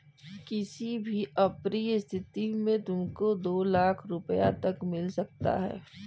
किसी भी अप्रिय स्थिति में तुमको दो लाख़ रूपया तक मिल सकता है